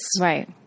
Right